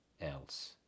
else